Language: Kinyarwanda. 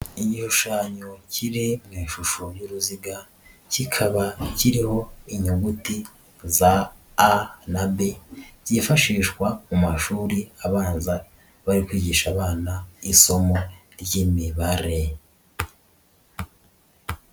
Igishushanyo kiri mu ishusho y'uruziga, kikaba kiriho inyuguti za a na b, byifashishwa mu mashuri abanza bari kwigisha abana isomo ry'imibare.